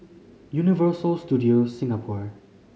Universal Studios Singapore